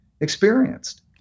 experienced